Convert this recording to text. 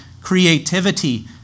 creativity